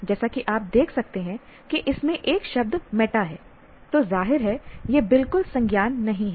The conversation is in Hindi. जैसा कि आप देख सकते हैं कि इसमें एक शब्द मेटा है तो जाहिर है यह बिल्कुल संज्ञान नहीं है